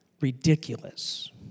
ridiculous